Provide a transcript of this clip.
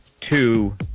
Two